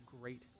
great